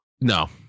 No